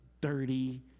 dirty